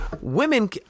women